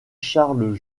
charles